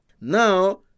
Now